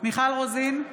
מיכל רוזין,